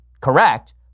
correct